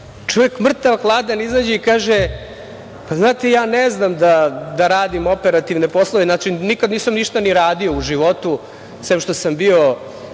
čovek mrtav hladan izađe i kaže - znate, ja ne znam da radim operativne poslove. Znači, nikad ništa nisam ni radio u životu, sem što sam bio